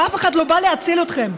ואף אחד לא בא להציל אתכם,